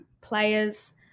players